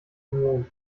mond